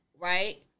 Right